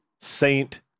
Saint